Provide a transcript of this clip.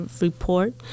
report